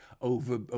over